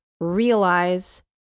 realize